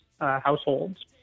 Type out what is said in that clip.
households